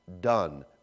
done